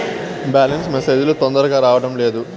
Balance message లు తొందరగా రావడం లేదు?